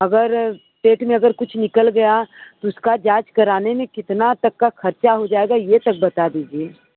अगर पेट में अगर कुछ निकल गया उसका जांच कराने में कितना तक का खर्चा हो जाएगा ये तक बता दीजिए